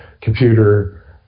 computer